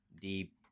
deep